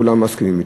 כולם מסכימים עליו.